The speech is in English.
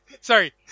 Sorry